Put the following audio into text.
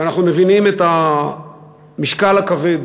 ואנחנו מבינים את המשקל הכבד